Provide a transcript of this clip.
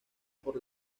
por